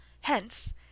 Hence